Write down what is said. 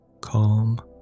Calm